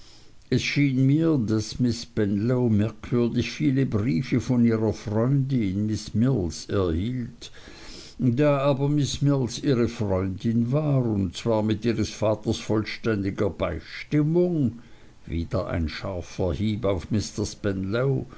es schien mir daß miß spenlow merkwürdig viel briefe von ihrer freundin miß mills erhielt da aber miß mills ihre freundin war und zwar mit ihres vaters vollständiger beistimmung wieder ein scharfer hieb auf